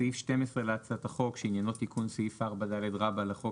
בסעיף 12 להצעת החוק שעניינו תיקון סעיף 4ד רבא לחוק